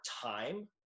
time